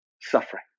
suffering